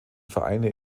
vereine